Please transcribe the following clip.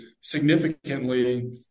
significantly